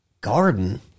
Garden